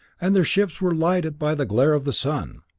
and their ships were lighted by the glare of the sun.